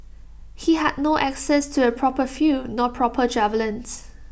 he had no access to A proper field nor proper javelins